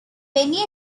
many